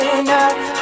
enough